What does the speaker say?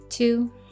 two